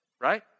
right